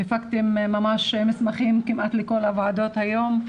הפקתם ממש מסמכים כמעט לכל הוועדות היום,